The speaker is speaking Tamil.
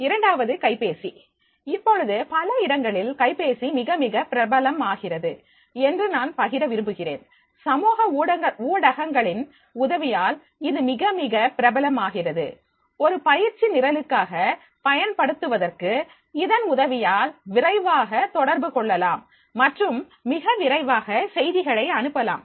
இரண்டாவது கைபேசி இப்பொழுது பல இடங்களில் கைபேசி மிக மிக பிரபலம் ஆகிறது என்று நான் பகிர விரும்புகிறேன் சமூக ஊடகங்களின் உதவியால் இது மிகமிக பிரபலம் ஆகிறது ஒரு பயிற்சி நிரலுக்காக பயன்படுத்துவதற்கு இதன் உதவியால் விரைவாக தொடர்பு கொள்ளலாம் மற்றும் மிக விரைவாக செய்திகளை அனுப்பலாம்